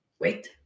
Wait